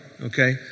okay